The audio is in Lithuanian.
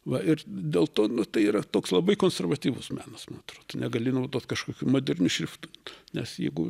va ir dėl to nu tai yra toks labai konservatyvus menas man atrodo negali naudot kažkokių modernių šriftų nes jeigu